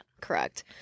correct